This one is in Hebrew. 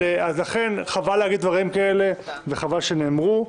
חבל להגיד דברים כאלה וחבל שנאמרו.